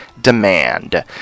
demand